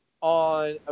on